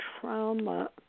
trauma